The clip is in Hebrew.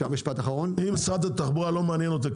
אם שרת התחבורה לא מעניין אותה,